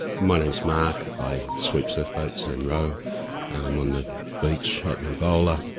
my name is mark, i sweep surfboats and row on the beach at bilgola.